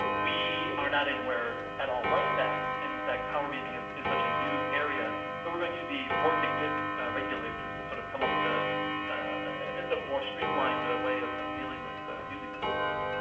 we are not anywhere at all like that, and in fact power beaming is is such a new area that we're going to be working with regulators to sort of come up with ah a more streamlined way of of dealing with using these systems.